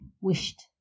wished